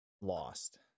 lost